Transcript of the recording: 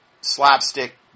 slapstick